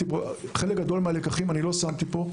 חלק גדול מן הלקחים לא הצגתי פה.